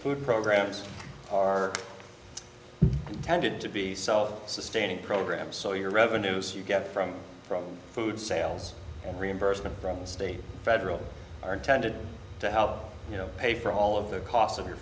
food programs are intended to be self sustaining program so your revenues you get from from food sales and reimbursement from the state federal are intended to help you know pay for all of the costs of your